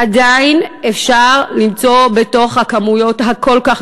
עדיין אפשר למצוא בתוך הכמויות הכל-כך